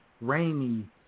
rainy